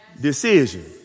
decision